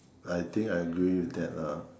I think I agree with that ah